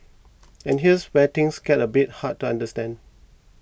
and here's where things get a bit hard to understand